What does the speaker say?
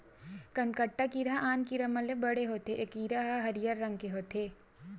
कनकट्टा कीरा ह आन कीरा मन ले बड़े होथे ए कीरा ह हरियर रंग के होथे